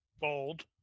bold